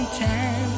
time